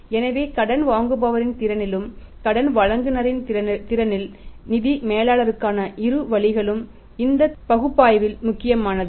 எனவே கடன் வாங்குபவரின் திறனிலும் கடன் வழங்குநரின் திறனில் நிதி மேலாளருக்கான இரு வழிகளும் இந்த பகுப்பாய்வில் முக்கியமானது